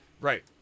Right